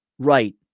Right